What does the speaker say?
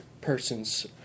person's